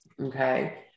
Okay